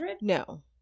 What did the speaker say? No